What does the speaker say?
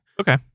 Okay